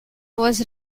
was